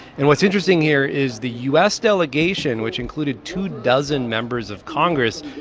and what's interesting here is the u s. delegation, which included two dozen members of congress,